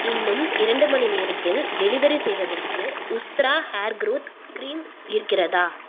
இன்னும் இரண்டு மணி நேரத்தில் டெலிவரி செய்வதற்கு உஸ்த்ரா ஹேர் க்ரோத் கிரீம் இருக்கிறதா